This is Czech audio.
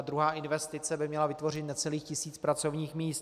Druhá investice by měla vytvořit necelých tisíc pracovních míst.